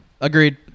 Agreed